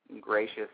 gracious